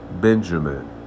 Benjamin